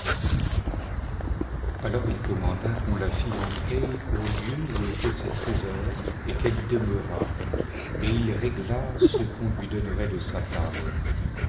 alors il commanda qu'on la fit entrer au lieu où étaient ses trésors et qu'elle y demeurât et il régla ce qu'on lui donnerait de sa table